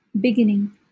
beginning